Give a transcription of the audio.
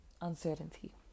uncertainty